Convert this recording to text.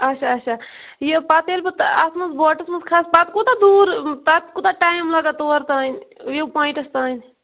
اچھا اچھا یہِ پَتہٕ ییٚلہِ بہٕ اتھ مَنٛز بوٹَس مَنٛز کھَسہٕ پَتہٕ کوتاہ دوٗر پَتہٕ کوتاہ ٹایم لَگان تور تانۍ وِو پۄیِنٹَس تانۍ